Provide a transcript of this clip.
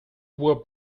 were